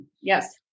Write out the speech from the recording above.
Yes